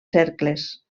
cercles